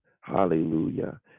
Hallelujah